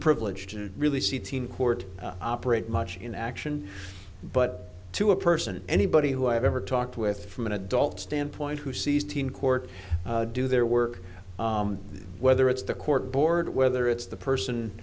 privileged to really see team court operate much in action but to a person anybody who i've ever talked with from an adult standpoint who sees team court do their work whether it's the court board whether it's the person